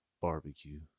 barbecue